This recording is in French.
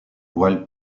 voile